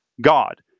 God